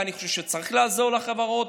ואני חושב שצריך לעזור לחברות,